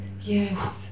Yes